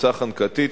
חומצה חנקתית,